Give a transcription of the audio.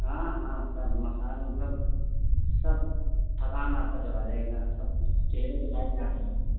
हाँ हाँ सब मसाज मतलब सब थकान आपका चला जाएगा सब चहरे पर लाइट आ जाएगी